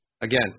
again